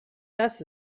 das